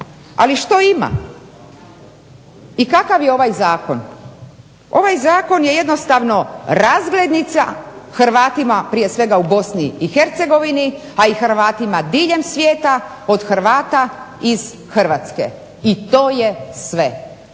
Ali što ima i kakav je ovaj zakon? Ovaj zakon je jednostavno razglednica Hrvatima prije svega u Bosni i Hercegovini, a i Hrvatima diljem svijeta od Hrvata iz Hrvatske i to je sve.